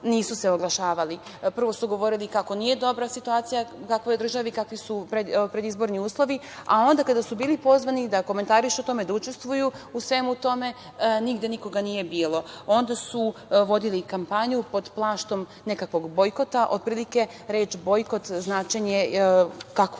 nisu se oglašavali. Prvo su govorili kako nije dobra situacija u državi, kakvi su predizborni uslovi, a onda, kada su bili pozvani da komentarišu o tome, da učestvuju u svemu tome, nigde nikoga nije bilo. Onda su vodili kampanju pod plaštom nekakvog bojkota. Otprilike, reč „bojkot“, kako